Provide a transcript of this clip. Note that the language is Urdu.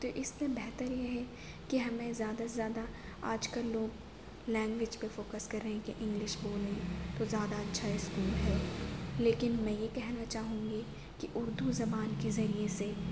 تو اس میں بہتر یہ ہے کہ ہمیں زیادہ سے زیادہ آج کل لوگ لینگویج پہ فوکس کر رہے ہیں کہ انگلش بولیں تو زیادہ اچھا اسکول ہے لیکن میں یہ کہنا چاہوں گی کہ اردو زبان کے ذریعے سے